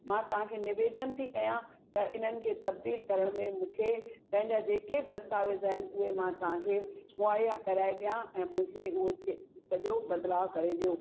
मां तव्हां खे निवेदन थी कयां त इन्हनि खे तब्दील करण में मूंखे पंहिंजा जेके बि दस्तावेज़ आहिनि उहे मां तव्हांखे मुहैया कराए ॾियां ऐं मूंखे उहो खे सॼो बदलाव करे ॾियो